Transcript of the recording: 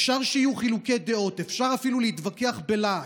אפשר שיהיו חילוקי דעות, אפשר אפילו להתווכח בלהט,